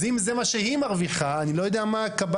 אז אם זה מה שהיא מרוויחה אני לא יודע מה קבס"ית